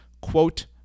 quote